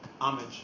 homage